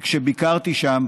כשביקרתי שם,